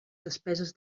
despeses